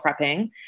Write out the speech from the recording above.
prepping